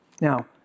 Now